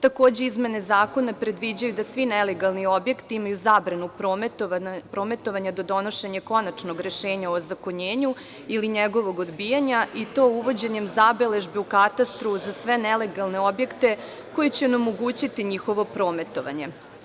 Takođe, izmene zakona predviđaju da svi nelegalni objekti imaju zabranu prometovanja do donošenja konačnog rešenja o ozakonjenju ili njegovog odbijanja i to uvođenjem zabeležbe u katastru za sve nelegalne objekte koji će onemogućiti njihovo prometovanje.